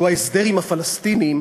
שהוא ההסדר עם הפלסטינים,